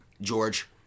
George